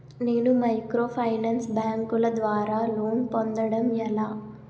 నేను మైక్రోఫైనాన్స్ బ్యాంకుల ద్వారా లోన్ పొందడం ఎలా?